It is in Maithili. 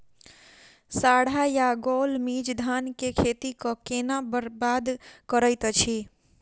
साढ़ा या गौल मीज धान केँ खेती कऽ केना बरबाद करैत अछि?